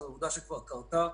זו עובדה שכבר קרתה.